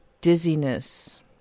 dizziness